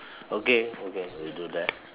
okay okay we do that